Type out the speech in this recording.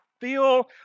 feel